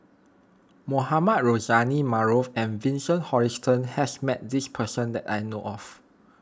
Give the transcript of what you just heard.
Mohamed Rozani Maarof and Vincent Hoisington has met this person that I know of